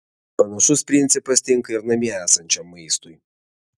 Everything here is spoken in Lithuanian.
panašus principas tinka ir namie esančiam maistui